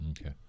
Okay